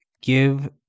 give